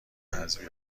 حذفی